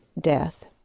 death